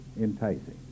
enticing